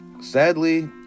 Sadly